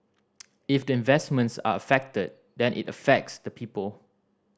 if the investments are affected then it affects the people